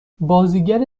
بازیگر